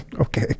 okay